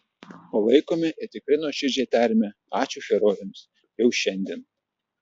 palaikome ir tikrai nuoširdžiai tariame ačiū herojams jau šiandien